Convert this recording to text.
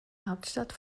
hauptstadt